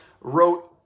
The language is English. wrote